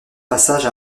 passage